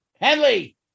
Henley